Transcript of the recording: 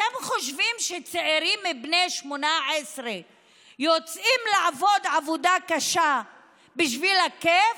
אתם חושבים שצעירים בני 18 יוצאים לעבוד עבודה קשה בשביל הכיף?